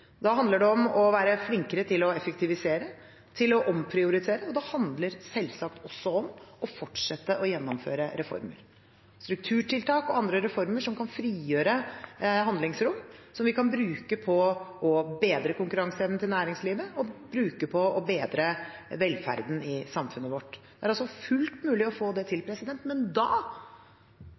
Da handler det om å være flinkere til å effektivisere og til å omprioritere, og det handler selvsagt også om å fortsette å gjennomføre reformer – strukturtiltak og andre reformer – som kan frigjøre handlingsrom som vi kan bruke på å bedre konkurranseevnen til næringslivet, og bruke på å bedre velferden i samfunnet vårt. Det er altså fullt mulig å få det til, men da